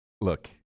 Look